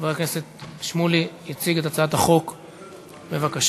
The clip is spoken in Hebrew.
חבר הכנסת שמולי יציג את הצעת החוק, בבקשה.